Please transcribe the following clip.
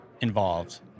involved